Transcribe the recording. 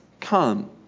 come